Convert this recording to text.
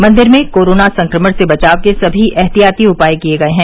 मंदिर में कोरोना संक्रमण से बचाव के सभी एहतियाती उपाय किए गए हैं